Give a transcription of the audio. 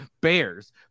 bears